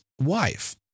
wife